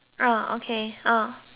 ah